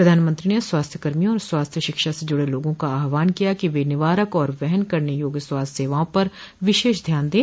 प्रधानमंत्री ने स्वास्थ्यकर्मियों और स्वास्थ्य शिक्षा से जुड़े लोगों का आहवान किया है कि वे निवारक और वहन करने योग्य स्वास्थ्य सेवाओं पर विशेष ध्यान दें